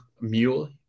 Mule